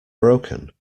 broken